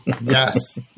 Yes